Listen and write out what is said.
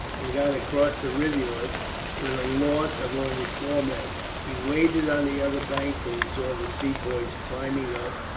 and got across the rivulet with a loss of only four men. he waited on the other bank till he saw the sepoys climbing up,